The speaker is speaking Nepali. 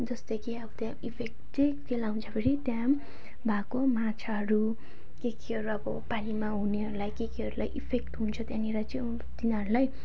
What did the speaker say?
जस्तै कि अब त्यहाँ इफेक्ट चाहिँ केलाई हुन्छ भने त्यहाँ भएको माछाहरू केकेहरू अब पानीमा हुनेहरूलाई केकेहरूलाई इफेक्ट हुन्छ त्यहाँनिर चाहिँ तिनीहरूलाई